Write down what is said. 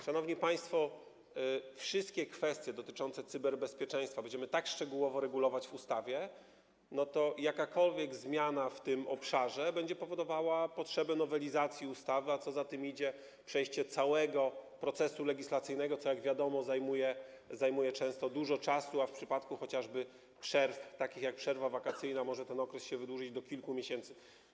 Szanowni państwo, jeżeli wszystkie kwestie dotyczące cyberbezpieczeństwa będziemy tak szczegółowo regulować w ustawie, to jakakolwiek zmiana w tym obszarze będzie powodowała potrzebę nowelizacji ustawy, a co za tym idzie, przejście całego procesu legislacyjnego, co jak wiadomo, zajmuje często dużo czasu, a w przypadku chociażby przerw takich jak przerwa wakacyjna ten okres może się wydłużyć do kilku miesięcy.